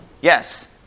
Yes